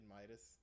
Midas